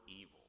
evil